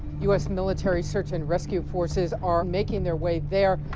u s. military search and rescue forces are making their way there,